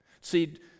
See